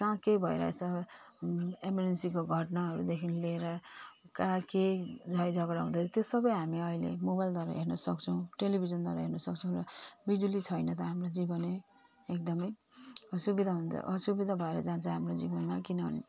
कहाँ के भइरहेछ एमर्जेन्सीको घटनाहरूदेखि लिएर कहाँ के झैझगडा हुँदैछ त्यो सबै हामी अहिले मोबाइलद्वारा हेर्नुसक्छौँ टेलिभिजनद्वारा हेर्नुसक्छौँ र बिजुली छैन त हाम्रो जीवनले एकदमै असुविधा हुन्छ असुविधा भएर जान्छ हाम्रो जीवनमा किनभने